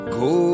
go